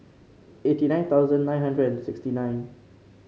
eighty nine thousand two hundred and sixty nine